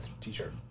t-shirt